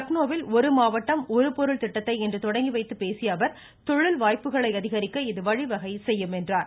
லக்னோவில் ஒரு மாவட்டம் ஒரு பொருள் திட்டத்தை இன்று தொடங்கி வைத்து பேசிய அவர் தொழில்வாய்ப்புகளை அதிகரிக்க இது வழிவகை செய்யும் என்றார்